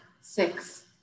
six